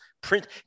print